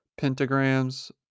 pentagrams